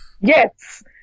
yes